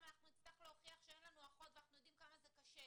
נצטרך להוכיח ש- -- ואתם יודעים כמה זה קשה.